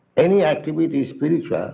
any activities spiritual,